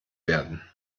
werden